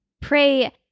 pray